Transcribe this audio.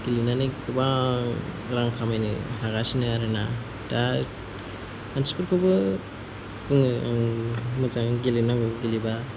गेलेनानै गोबां रां खामायनो हागासिनो आरोना दा मानसिफोरखौबो बुङो आं मोजाङै गेलेनांगौ गेलेबा